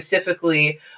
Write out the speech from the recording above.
specifically